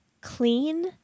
clean